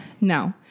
No